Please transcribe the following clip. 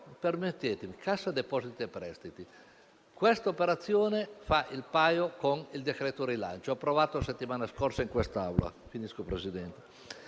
Vengo ora a Cassa depositi e prestiti. Quest'operazione fa il paio con il decreto rilancio approvato settimana scorsa in quest'Aula. Signor Presidente,